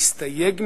להסתייג מהרצח,